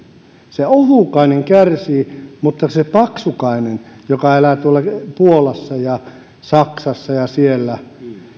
se ohukainen kärsii se paksukainen joka elää tuolla puolassa ja saksassa ja siellä